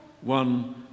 one